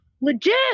legit